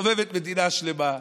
מסתובבת מדינה שלמה,